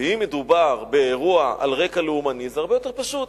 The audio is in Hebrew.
ואם מדובר באירוע על רקע לאומני זה הרבה יותר פשוט,